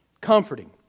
Comforting